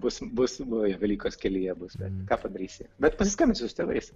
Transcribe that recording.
bus bus velykos kelyje bus bet ką padarysi bet pasiskambinsiu su tėvais